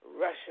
Russia